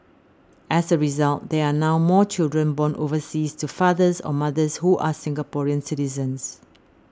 as a result there are now more children born overseas to fathers or mothers who are Singaporean citizens